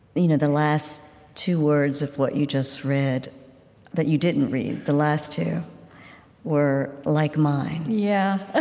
you know the last two words of what you just read that you didn't read the last two were like mine. yeah. ah